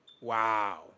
Wow